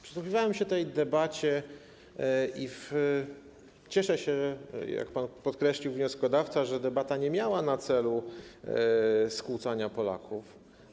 Przysłuchiwałem się tej debacie i cieszę się, jak podkreślił pan wnioskodawca, że debata nie miała na celu skłócania Polaków.